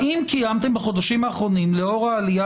אלא האם קיימתם בחודשים האחרונים בעקבות העלייה